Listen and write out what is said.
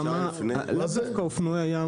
לאו דווקא אופנועי ים,